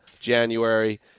January